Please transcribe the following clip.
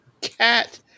cat